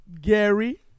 Gary